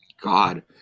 god